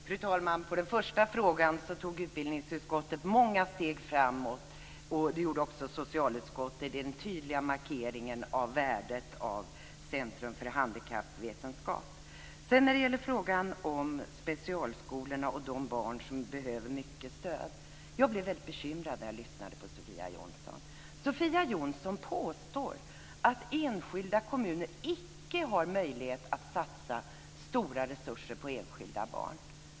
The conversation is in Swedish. Fru talman! I den frågan tog utbildningsutskottet många steg framåt, och det gjorde också socialutskottet, i den tydliga markeringen av värdet av Centrum för handikappvetenskap. När det gäller frågan om specialskolorna och de barn som behöver mycket stöd blev jag väldigt bekymrad när jag lyssnade på Sofia Jonsson. Sofia Jonsson påstår att enskilda kommuner inte har möjlighet att satsa stora resurser på enskilda barn.